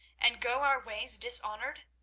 and go our ways dishonoured?